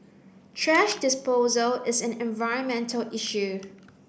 thrash disposal is an environmental issue